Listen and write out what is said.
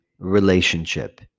relationship